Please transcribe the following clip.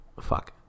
Fuck